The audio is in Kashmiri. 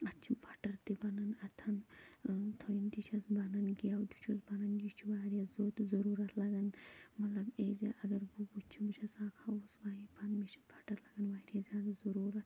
اَتھ چھِ بَٹَر تہِ بَنان اَتھ ٲں تھٔنۍ تہِ چھیٚس بَنان گیٛو تہِ چھُس بَنان یہِ چھُ واریاہ ضروٗرَت لَگان مطلب ایز اےٚ اَگر بہٕ وُچھہٕ بہٕ چھیٚس اَکھ ہاوُس وایِف مےٚ چھِ بَٹَر لَگان واریاہ زیادٕ ضروٗرَت